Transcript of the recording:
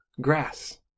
grass